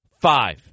five